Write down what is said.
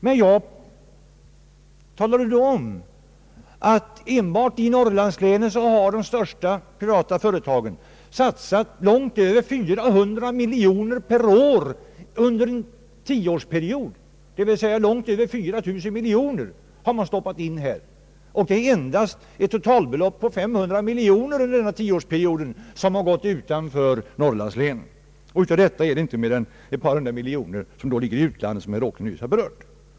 Men jag talade om att enbart i Norrlandslänen har de största privata företagen satsat långt över 400 miljoner kronor per år under en tioårsperiod, d. v. s. långt över 4 000 miljoner. Det är under denna tioårsperiod endast ett totalbelopp på 500 miljoner som gått utanför Norrlandslänen. Av detta är det inte mer än ett par hundra miljoner som gått till utlandet, vilket herr Åkerlund nyss har berört.